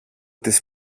τις